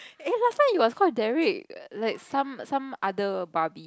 eh last time he was called Derrick like some some other Barbie